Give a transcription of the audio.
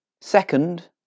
second